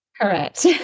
Correct